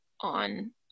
on